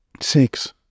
six